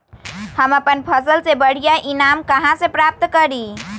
हम अपन फसल से बढ़िया ईनाम कहाँ से प्राप्त करी?